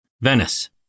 Venice